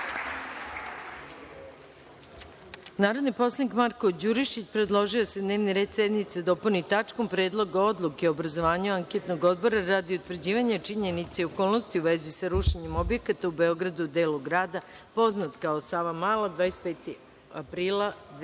poslanik Marko Đurišić predložio je da se dnevni red sednice dopuni tačkom – Predlog odluke o obrazovanju anketnog odbora radi utvrđivanja činjenica i okolnosti u vezi sa rušenjem objekata u Beogradu u delu grada poznat kao „Savamala“ 25. aprila 2016.